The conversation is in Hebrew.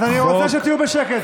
אז אני רוצה שתהיו בשקט.